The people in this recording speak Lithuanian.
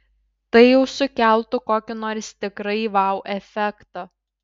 tai jau sukeltų kokį nors tikrai vau efektą